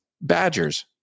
Badgers